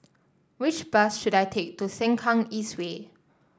which bus should I take to Sengkang East Way